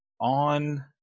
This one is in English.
on